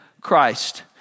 Christ